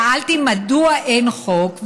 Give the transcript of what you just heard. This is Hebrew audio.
שאלתי מדוע אין חוק,